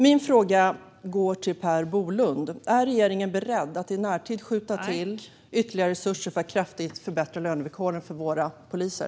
Min fråga går till Per Bolund: Är regeringen beredd att i närtid skjuta till ytterligare resurser för att kraftigt förbättra lönevillkoren för våra poliser?